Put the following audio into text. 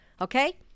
Okay